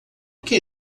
que